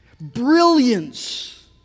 brilliance